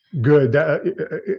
Good